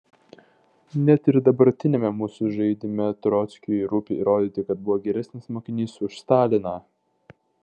net ir dabartiniame mūsų žaidime trockiui rūpi įrodyti kad buvo geresnis mokinys už staliną